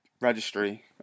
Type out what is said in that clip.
registry